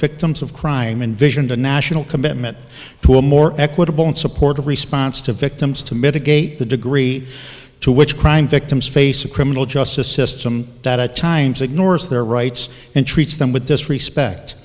victims of crime and vision the national commitment to a more equitable and supportive response to victims to mitigate the degree to which crime victims face a criminal justice system that at times ignores their rights and treats them with disrespect